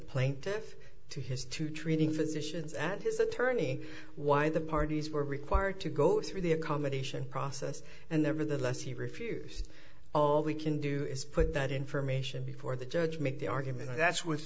plaintiff to his two treating physicians at his attorney why the parties were required to go through the accommodation process and there were the less he refused all we can do is put that information before the judge make the argument that's w